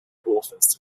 authors